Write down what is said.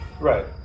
Right